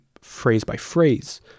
phrase-by-phrase